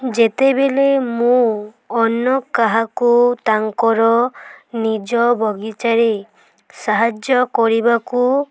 ଯେତେବେଳେ ମୁଁ ଅନ୍ୟ କାହାକୁ ତାଙ୍କର ନିଜ ବଗିଚାରେ ସାହାଯ୍ୟ କରିବାକୁ